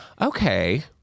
Okay